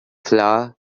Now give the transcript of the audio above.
flour